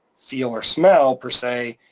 feel, or smell per se.